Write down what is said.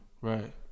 Right